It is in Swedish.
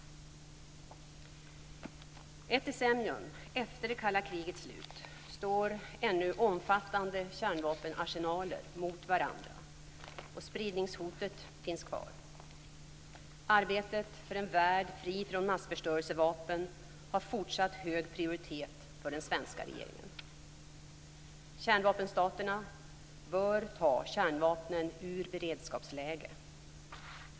Ett decennium efter det kalla krigets slut står ännu omfattande kärnvapenarsenaler mot varandra och spridningshotet finns kvar. Arbetet för en värld fri från massförstörelsevapen har fortsatt hög prioritet för den svenska regeringen. Kärnvapenstaterna bör ta kärnvapnen ur beredskapsläge.